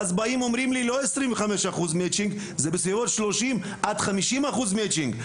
ואז באים אומרים לי לא 25% מצ'ינג זה בסביבות 30% עד 50% מצ'ינג,